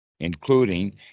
Including